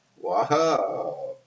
Wow